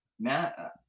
Matt